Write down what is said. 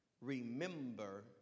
remember